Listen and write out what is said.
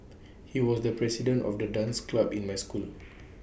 he was the president of the dance club in my school